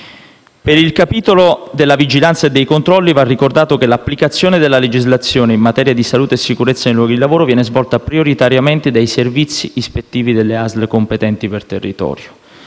Per il capitolo della vigilanza sui controlli va ricordato che l'applicazione della legislazione in materia di salute e sicurezza nei luoghi di lavoro viene svolta prioritariamente dai servizi ispettivi delle ASL competenti per territorio.